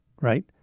right